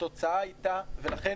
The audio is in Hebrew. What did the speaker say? לכן